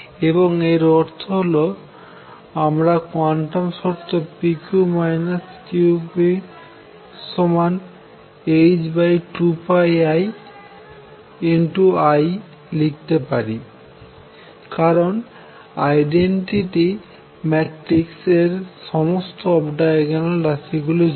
এবং এর অর্থ হল আমরা কোয়ান্টাম শর্ত p q q p h2πiI লিখতে পারি কারন আইডেনটিটি ম্যাট্রিক্স এর সমস্ত অফ ডায়াগোনাল রাশি গুলি 0